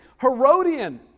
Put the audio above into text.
Herodian